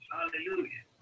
Hallelujah